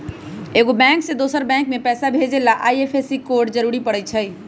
एगो बैंक से दोसर बैंक मे पैसा भेजे ला आई.एफ.एस.सी कोड जरूरी परई छई